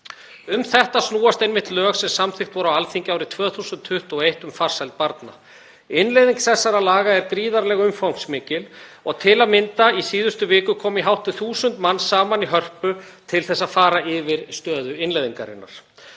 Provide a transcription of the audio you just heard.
Um þetta snúast einmitt lög sem samþykkt voru á Alþingi árið 2021 um farsæld barna. Innleiðing þessara laga er gríðarlega umfangsmikil og til að mynda í síðustu viku komu hátt í 1.000 manns saman í Hörpu til að fara yfir stöðu innleiðingarinnar.